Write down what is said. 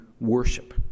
worship